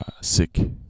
sick